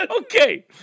Okay